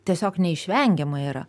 tiesiog neišvengiama yra